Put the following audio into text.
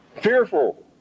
fearful